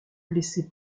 blessé